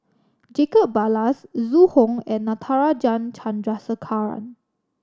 Jacob Ballas Zhu Hong and Natarajan Chandrasekaran